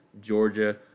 Georgia